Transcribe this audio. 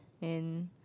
and